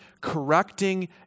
correcting